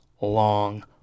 long